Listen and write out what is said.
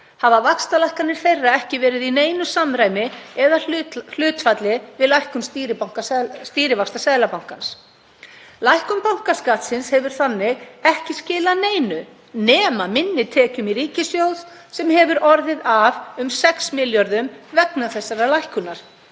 hafa vaxtalækkanir þeirra ekki verið í neinu samræmi eða hlutfalli við lækkun stýrivaxta Seðlabankans. Lækkun bankaskattsins hefur því ekki skilað neinu nema minni tekjum í ríkissjóð sem hefur orðið af um 6 milljörðum vegna þessarar lækkunar.